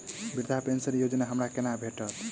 वृद्धा पेंशन योजना हमरा केना भेटत?